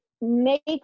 makes